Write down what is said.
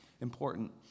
important